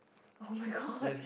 [oh]-my-god